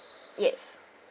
yes